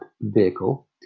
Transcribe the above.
vehicle